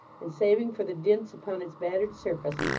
and, saving for the dints upon its battered surface,